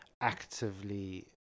actively